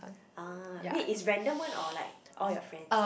ah wait is random one or like all your friends